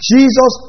Jesus